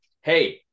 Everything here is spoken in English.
hey